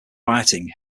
rioting